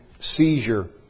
seizure